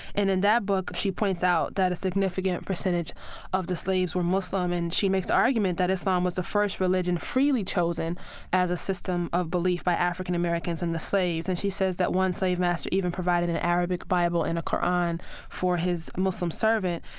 and in that book she points out that a significant percentage of the slaves were muslim. and she makes the argument that islam was the first religion freely chosen as a system of belief by african-americans and the slaves. and she says that one slave master even provided an arabic bible and a qur'an for his muslim servant.